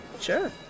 Sure